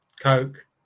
Coke